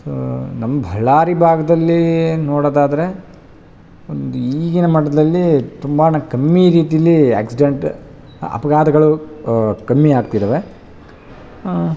ಆ ನಮ್ಮ ಬಳ್ಳಾರಿ ಭಾಗ್ದಲ್ಲಿ ನೋಡೋದಾದರೆ ಒಂದು ಈಗಿನ ಮಟ್ಟದಲ್ಲಿ ತುಂಬಾ ಕಮ್ಮಿ ರೀತಿಲಿ ಆಕ್ಸಿಡೆಂಟ್ ಅಪಘಾತಗಳು ಕಮ್ಮಿ ಆಗ್ತಿದಾವೆ